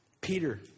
Peter